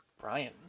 Brian